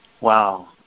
wow